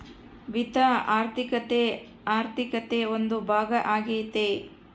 ವಿತ್ತ ಆರ್ಥಿಕತೆ ಆರ್ಥಿಕತೆ ಒಂದು ಭಾಗ ಆಗ್ಯತೆ